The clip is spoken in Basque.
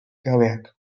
gabeak